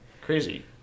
crazy